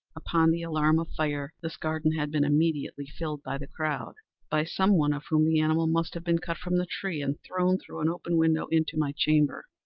upon the alarm of fire, this garden had been immediately filled by the crowd by some one of whom the animal must have been cut from the tree and thrown, through an open window, into my chamber.